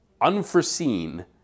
unforeseen